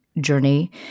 journey